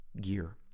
gear